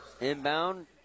Inbound